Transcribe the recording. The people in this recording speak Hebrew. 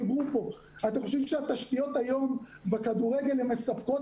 אתם חושבים שהתשתיות היום בכדורגל מספקות